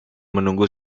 menunggu